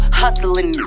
hustling